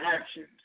actions